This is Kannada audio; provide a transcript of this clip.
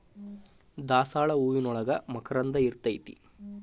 ದಾಸಾಳ ಹೂವಿನೋಳಗ ಮಕರಂದ ಇರ್ತೈತಿ